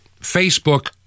Facebook